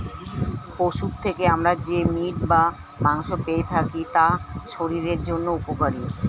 পশুর থেকে আমরা যে মিট বা মাংস পেয়ে থাকি তা শরীরের জন্য উপকারী